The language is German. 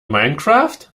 minecraft